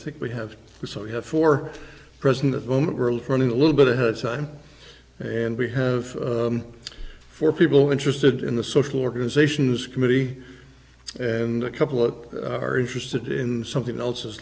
think we have this all you have for president of the moment world running a little bit ahead of time and we have four people interested in the social organizations committee and a couple of are interested in something else as